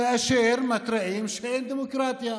כאשר אנחנו מתריעים שאין דמוקרטיה,